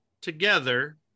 together